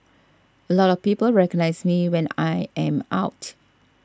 a lot of people recognise me when I am out